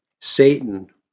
Satan